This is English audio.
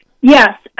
Yes